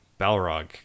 Balrog